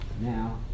now